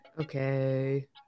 Okay